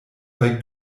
bei